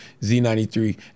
Z93